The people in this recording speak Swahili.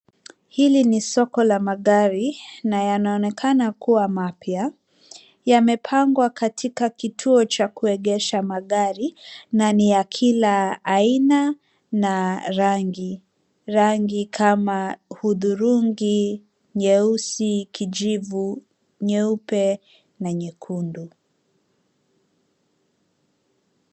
Hili ni soko la magari, na yanaonekana kuwa mapya. Yamepangwa katika kituo cha kuegesha magari, na ni ya kila aina na rangi. Rangi kama hudhurungi, nyeusi, kijivu, nyeupe, na nyekundu.